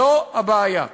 זו הבעיה.